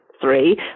three